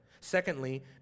Secondly